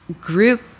group